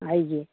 आइए